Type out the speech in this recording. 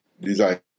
design